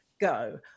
go